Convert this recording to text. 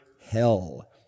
hell